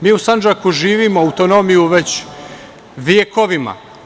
Mi u Sandžaku živimo autonomiju već vekovima.